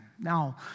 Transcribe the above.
Now